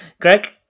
Greg